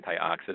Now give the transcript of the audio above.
antioxidant